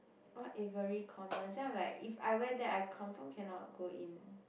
what Avery Commas then I'm like if I wear that I confirm cannot go in